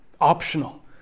optional